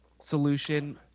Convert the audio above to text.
solution